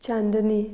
चांदनी